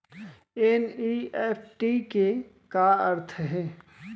NEFT के का अर्थ है?